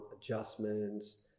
adjustments